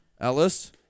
Ellis